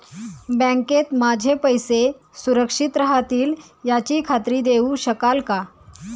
बँकेत माझे पैसे सुरक्षित राहतील याची खात्री देऊ शकाल का?